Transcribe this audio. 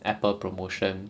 apple promotion